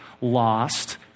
lost